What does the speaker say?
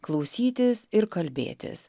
klausytis ir kalbėtis